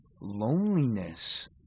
loneliness